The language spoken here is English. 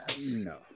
No